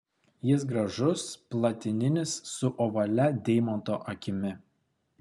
jis gražus platininis su ovalia deimanto akimi